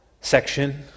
section